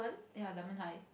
ya dunman-High